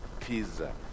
pizza